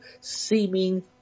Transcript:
seeming